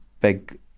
big